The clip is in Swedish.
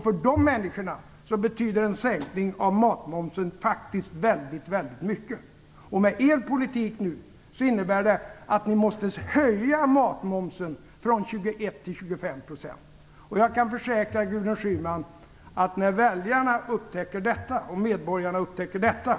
För de människorna betyder en sänkning av matmomsen faktiskt väldigt mycket. Er politik innebär att ni måste höja matmomsen, från 21 % till 25 %. Jag kan försäkra Gudrun Schyman att när medborgarna upptäcker detta